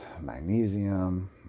magnesium